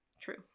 True